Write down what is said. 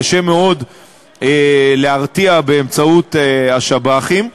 קשה מאוד להרתיע באמצעות חוק השב"חים.